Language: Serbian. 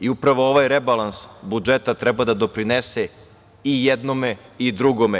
Upravo ovaj rebalans budžeta treba da doprinese i jednome i drugome.